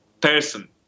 person